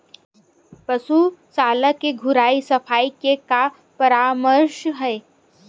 पशु शाला के धुलाई सफाई के का परामर्श हे?